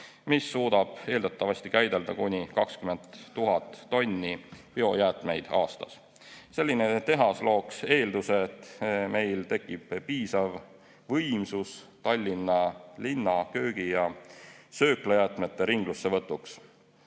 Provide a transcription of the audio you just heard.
mis suudab eeldatavasti käidelda kuni 20 000 tonni biojäätmeid aastas. Selline tehas looks eeldused, et meil tekib piisav võimsus Tallinna köögi‑ ja sööklajäätmete ringlussevõtuks.